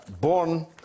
born